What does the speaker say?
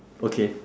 okay